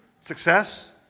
Success